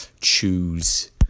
choose